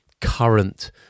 current